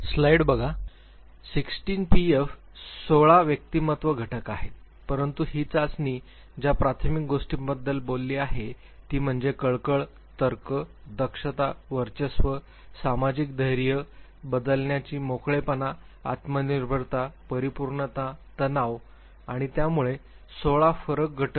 आता 16 पीएफ भिन्न 16 व्यक्तिमत्व घटक आहेत परंतु ही चाचणी ज्या प्राथमिक गोष्टींबद्दल बोलली आहे ती म्हणजे कळकळ तर्क दक्षता वर्चस्व सामाजिक धैर्य बदलण्याची मोकळेपणा आत्मनिर्भरता परिपूर्णता तणाव आणि त्यामुळे 16 फरक घटक